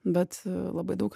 bet labai daug ir